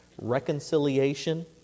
reconciliation